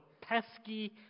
pesky